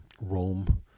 Rome